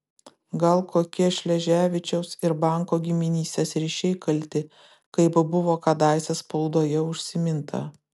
gal kokie šleževičiaus ir banko giminystės ryšiai kalti kaip buvo kadaise spaudoje užsiminta